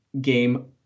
game